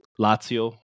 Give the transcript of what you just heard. Lazio